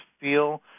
feel